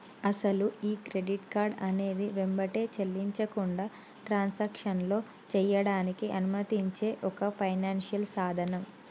అసలు ఈ credit card అనేది వెంబటే చెల్లించకుండా ట్రాన్సాక్షన్లో చేయడానికి అనుమతించే ఒక ఫైనాన్షియల్ సాధనం